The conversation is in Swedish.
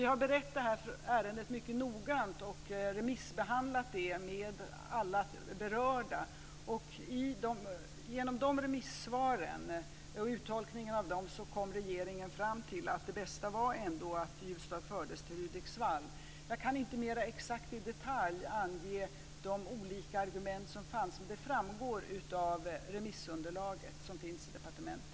Vi har berett det här ärendet mycket noggrant och remissbehandlat det med alla berörda. Genom uttolkningen av de remissvaren kom regeringen fram till att det bästa ändå var att Ljusdal fördes till Hudiksvall. Jag kan inte mer exakt i detalj ange de olika argument som fanns, men de framgår av remissunderlaget som finns på departementet.